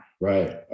Right